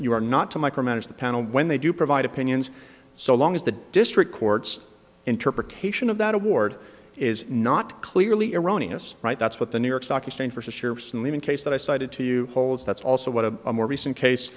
you are not to micromanage the panel when they do provide opinions so long as the district court's interpretation of that award is not clearly erroneous right that's what the new york stock exchange versus europe's in leaving case that i cited to you holds that's also what a more recent case